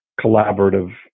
collaborative